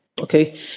Okay